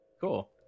Cool